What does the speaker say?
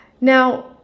Now